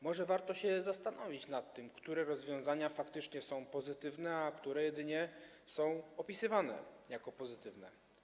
Może warto się zastanowić nad tym, które rozwiązania faktycznie są pozytywne, a które jedynie są opisywane jako pozytywne.